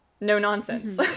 No-nonsense